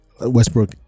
westbrook